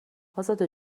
ازاده